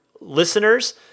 listeners